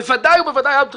בוודאי ובוודאי עד הבחירות,